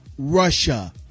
Russia